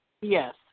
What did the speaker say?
Yes